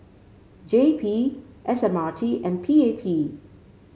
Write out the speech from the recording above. J P S M R T and P A P